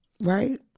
right